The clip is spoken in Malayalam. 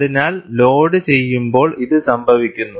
അതിനാൽ ലോഡുചെയ്യുമ്പോൾ ഇത് സംഭവിക്കുന്നു